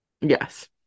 yes